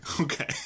Okay